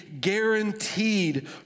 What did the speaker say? guaranteed